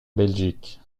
belgique